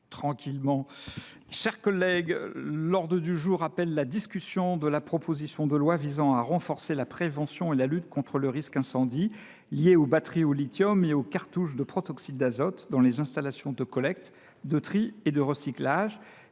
territoire et du développement durable sur la proposition de loi visant à renforcer la prévention et la lutte contre le risque incendie lié aux batteries au lithium et aux cartouches de protoxyde d’azote dans les installations de collecte, de tri et de recyclage,